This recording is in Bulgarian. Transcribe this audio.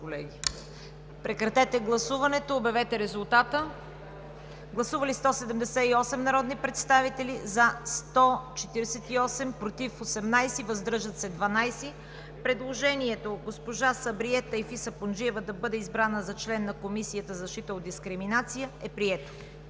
режим на гласуване. Гласували 178 народни представители: за 148, против 18, въздържали се 12. Предложението госпожа Сабрие Тайфи Сапунджиева да бъде избрана за член на Комисията за защита от дискриминация е прието.